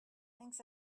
thanks